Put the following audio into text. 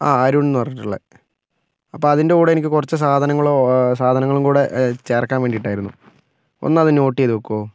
ആ അരുൺ എന്ന് പറഞ്ഞിട്ടുള്ള അപ്പം അതിൻ്റെ കൂടെ എനിക്ക് കുറച്ച് സാധനങ്ങളോ സാധനങ്ങളും കൂടെ ചേർക്കാൻ വേണ്ടിയിട്ടായിരുന്നു ഒന്നത് നോട്ട് ചെയ്തു വയ്ക്കുമോ